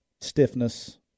stiffness